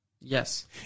Yes